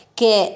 che